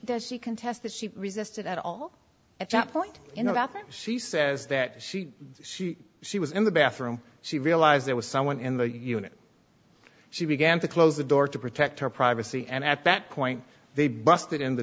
does she contest that she resisted at all at that point you know she says that she was in the bathroom she realized there was someone in the unit she began to close the door to protect her privacy and at that point they busted in the